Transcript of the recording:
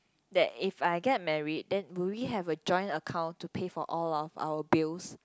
that if I get married then will we have a joint account to pay for all of our bills